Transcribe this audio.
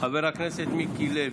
חבר הכנסת מיקי לוי.